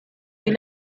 est